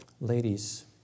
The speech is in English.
ladies